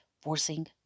forcing